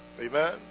Amen